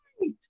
right